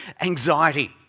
anxiety